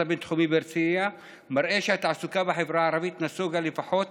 הבין-תחומי בהרצליה מראה שהתעסוקה בחברה הערבית נסוגה לפחות